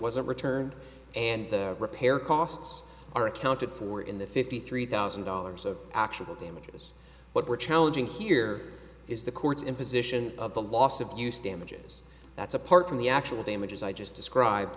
a returned and repair costs are accounted for in the fifty three thousand dollars of actual damages but we're challenging here is the court's imposition of the loss abuse damages that's apart from the actual damages i just described